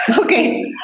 Okay